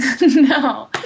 No